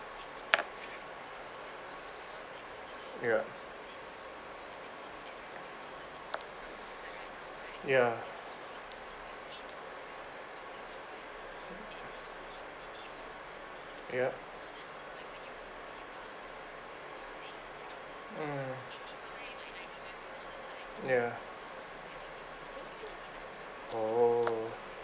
ya ya ya mm ya oh